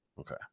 Okay